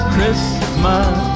Christmas